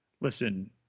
listen